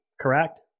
correct